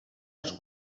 els